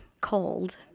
cold